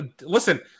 listen